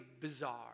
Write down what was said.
bizarre